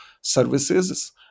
services